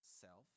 self